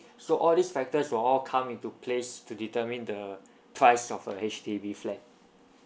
okay so all these factors will come into place to determine the price of a H_D_B flat